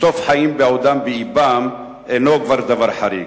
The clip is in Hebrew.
לקטוף חיים בעודם באבם כבר אינו דבר חריג,